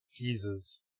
Jesus